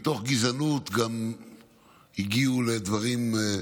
מתוך גזענות גם הגיעו לדברים,